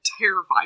terrified